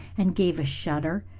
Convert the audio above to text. and gave a shudder.